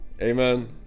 Amen